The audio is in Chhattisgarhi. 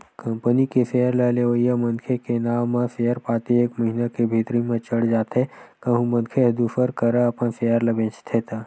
कंपनी के सेयर ल लेवइया मनखे के नांव म सेयर पाती एक महिना के भीतरी म चढ़ जाथे कहूं मनखे ह दूसर करा अपन सेयर ल बेंचथे त